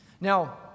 Now